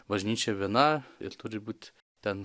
bažnyčia viena ir turi būt ten